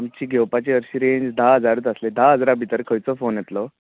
आमची घेवपाची हरशीं रेंज धा हजारूच आसली धा हजारा भितर खंयचो फोन येतलो